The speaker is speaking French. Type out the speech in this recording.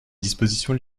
dispositions